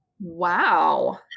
Wow